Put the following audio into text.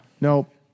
nope